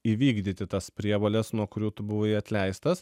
įvykdyti tas prievoles nuo kurių tu buvai atleistas